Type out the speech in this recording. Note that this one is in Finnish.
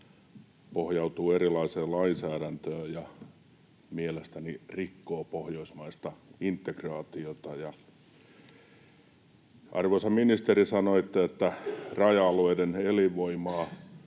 pohjautuu erilaiseen lainsäädäntöön ja mielestäni rikkoo pohjoismaista integraatiota. Arvoisa ministeri, sanoitte, että raja-alueiden elinvoimaa